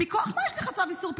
מכוח מה יש לך צו איסור פרסום?